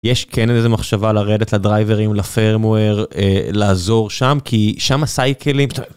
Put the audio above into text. יש כן איזו מחשבה לרדת לדרייברים, לfirmware, לעזור שם, כי שם הסייקלים...